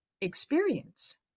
experience